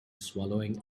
swallowing